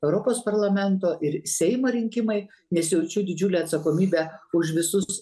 europos parlamento ir seimo rinkimai nes jaučiu didžiulę atsakomybę už visus